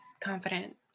confident